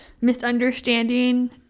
misunderstanding